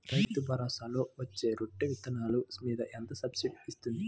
రైతు భరోసాలో పచ్చి రొట్టె విత్తనాలు మీద ఎంత సబ్సిడీ ఇస్తుంది?